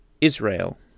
Israel